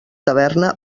taverna